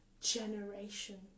generation